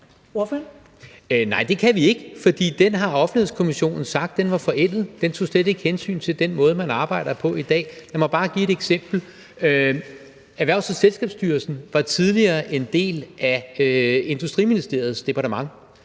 Nej, det kan vi ikke, for den har Offentlighedskommissionen sagt var forældet; den tog slet ikke hensyn til den måde, man arbejder på i dag. Lad mig bare give et eksempel: Erhvervs- og Selskabsstyrelsen var tidligere en del af Industriministeriets departement.